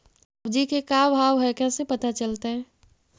सब्जी के का भाव है कैसे पता चलतै?